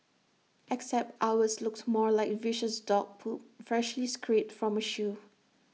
except ours looked more like viscous dog poop freshly scraped from A shoe